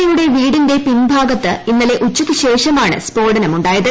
A യുടെ വീടിന്റെ പിൻഭാഗത്ത് ഇന്നലെ ഉച്ചയ്ക്ക് ശേഷമാണ് സ്ഫോടനമുണ്ടായത്